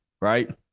right